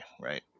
right